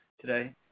today